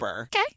Okay